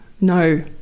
no